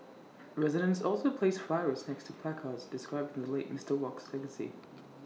residents also placed flowers next to placards describing the late Mister Wok's legacy